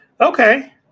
okay